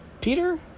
Peter